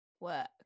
work